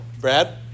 Brad